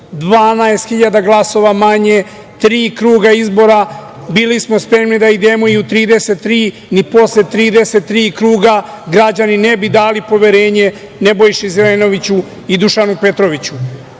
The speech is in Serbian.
12.000 glasova manje. Tri kruga izbora, bili smo spremni da idemo i u 33, ni posle 33 kruga građani ne bi dali poverenje Nebojši Zelenoviću i Dušanu Petroviću. Tri